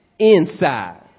inside